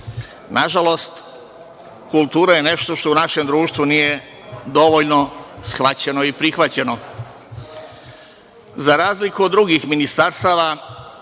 obliku. Nažalost, kultura je nešto što u našem društvu nije dovoljno shvaćeno i prihvaćeno. Za razliku od drugih ministarstava